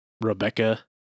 Rebecca